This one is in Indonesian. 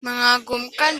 mengagumkan